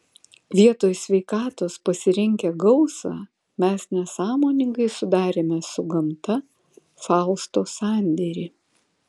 vietoj sveikatos pasirinkę gausą mes nesąmoningai sudarėme su gamta fausto sandėrį